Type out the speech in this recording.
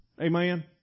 amen